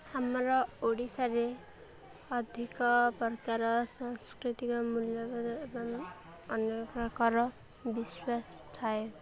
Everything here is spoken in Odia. ଆମର ଓଡ଼ିଶାରେ ଅଧିକ ପ୍ରକାର ସାଂସ୍କୃତିକ ମୂଲ୍ୟବୋଧ ଏବଂ ଅନେକ ପ୍ରକାର ବିଶ୍ୱାସ ଥାଏ